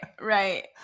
right